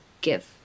give